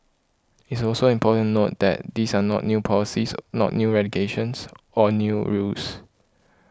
it's also important note that these are not new policies not new or new rules